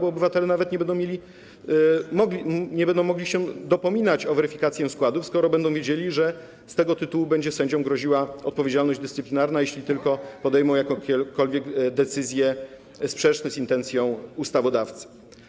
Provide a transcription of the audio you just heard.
Obywatele nawet nie będą mogli się dopominać o weryfikację składów, skoro będą wiedzieli, że z tego tytułu będzie sędziom groziła odpowiedzialność dyscyplinarna, jeśli tylko podejmą jakiekolwiek decyzje sprzeczne z intencją ustawodawcy.